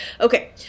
okay